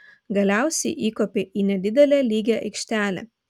galiausiai įkopė į nedidelę lygią aikštelę